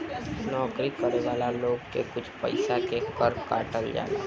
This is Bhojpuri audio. नौकरी करे वाला लोग के कुछ पइसा के कर कट जाला